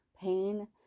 pain